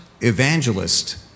evangelist